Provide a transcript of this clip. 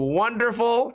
wonderful